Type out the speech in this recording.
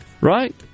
right